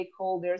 stakeholders